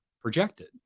projected